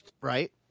right